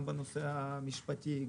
גם בנושא המשפטי,